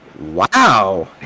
Wow